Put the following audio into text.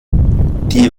die